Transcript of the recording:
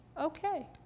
Okay